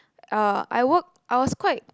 uh I work I was quite